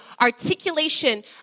articulation